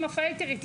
אמא פייטרית,